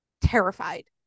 terrified